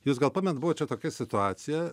jūs gal pamenat buvo čia tokia situacija